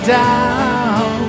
down